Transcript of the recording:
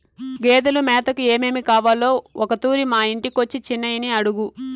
గేదెలు మేతకు ఏమేమి కావాలో ఒకతూరి మా ఇంటికొచ్చి చిన్నయని అడుగు